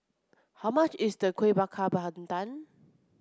how much is the Kuih Bakar Pandan